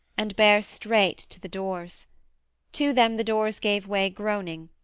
and bare straight to the doors to them the doors gave way groaning,